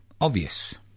Obvious